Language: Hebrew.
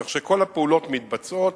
כך שכל הפעולות מתבצעות.